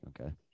okay